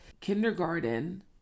Kindergarten